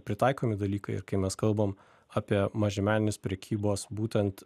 pritaikomi dalykai ir kai mes kalbam apie mažmeninės prekybos būtent